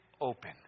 open